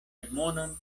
admonon